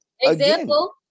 Example